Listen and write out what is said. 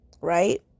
right